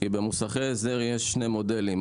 כי במוסכי הסדר יש שני מודלים,